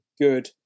good